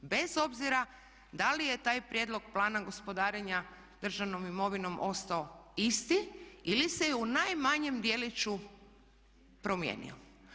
Bez obzira da li je taj prijedlog plana gospodarenja državnom imovinom ostao isti ili se u najmanjem djeliću promijenio.